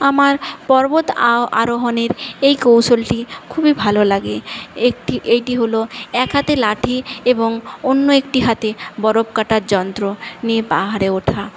আমার পর্বত আরোহণের এই কৌশলটি খুবই ভালো লাগে একটি এটি হল এক হাতে লাঠি এবং অন্য একটি হাতে বরফ কাটার যন্ত্র নিয়ে পাহাড়ে ওঠা